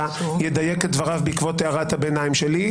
ידייק את דבריו בעקבות הערת הביניים שלי.